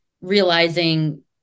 realizing